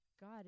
God